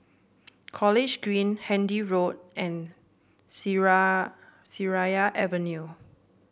College Green Handy Road and Seraya Avenue